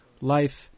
life